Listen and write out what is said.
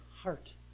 heart